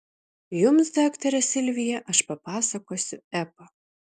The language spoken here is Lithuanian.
jums daktare silvija aš papasakosiu epą